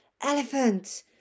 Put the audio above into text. Elephant